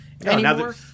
anymore